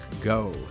go